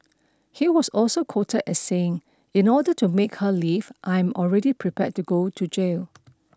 he was also quoted as saying in order to make her leave I am already prepared to go to jail